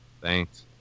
thanks